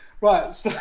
Right